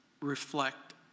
reflect